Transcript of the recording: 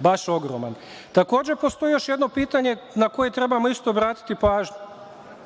baš ogroman. Takođe, postoji još jedno pitanje na koje trebamo isto obratiti pažnju.